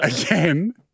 again